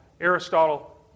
Aristotle